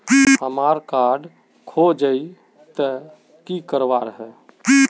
हमार कार्ड खोजेई तो की करवार है?